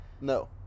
No